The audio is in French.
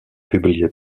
publiées